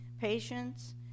patience